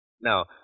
Now